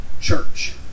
church